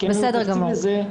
בסדר גמור,